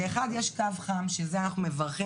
זה אחד, יש קו חם, על זה אנחנו מברכים.